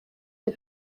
iyo